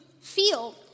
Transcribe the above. feel